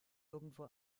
irgendwo